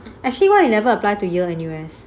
actually why you never apply to year N_U_S